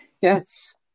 yes